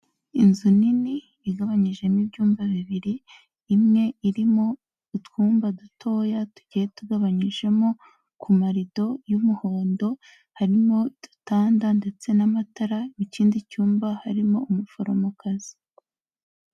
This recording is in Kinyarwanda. Inzu nini igabanyijemo ibyumba bibiri, imwe irimo utwumba dutoya tugiye tugabanyijemo ku marido y'umuhondo, harimo udutanda ndetse n'amatara, ikindi cyumba harimo umuforomokazi.